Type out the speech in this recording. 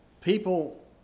people